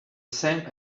same